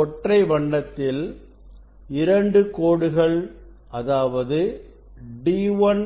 இந்த ஒற்றை வண்ணத்தில் 2 கோடுகள் அதாவது D1